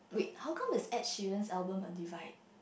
how come is Ed-Sheeran's album a divide